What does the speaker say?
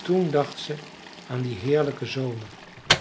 toen dacht ze aan dien heerlijken zomer